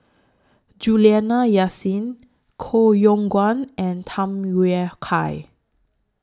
Juliana Yasin Koh Yong Guan and Tham Yui Kai